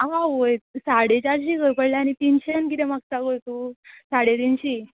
आवय साडे चारशी खंय पडले आनी तिनशेन किदें मागता गो तूं साडे तिनशी